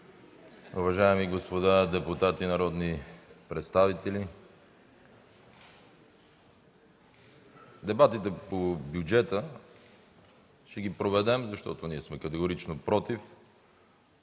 Уважаеми господа депутати и народни представители! Дебатите по бюджета ще ги проведем, защото ние сме категорично против,